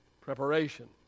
preparation